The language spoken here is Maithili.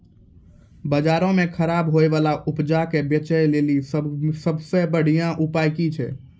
बजारो मे खराब होय बाला उपजा के बेचै लेली सभ से बढिया उपाय कि छै?